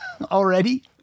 Already